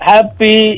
Happy